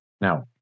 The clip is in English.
Now